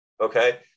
Okay